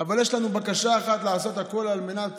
אבל יש לנו בקשה אחת, לעשות הכול על מנת